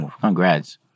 Congrats